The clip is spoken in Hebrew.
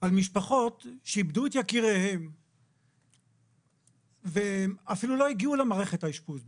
על משפחות שאיבדו את יקיריהם ואפילו לא הגיעו למערכת האשפוז בכלל.